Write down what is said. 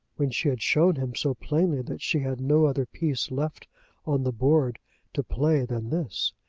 when she had shown him so plainly that she had no other piece left on the board to play than this,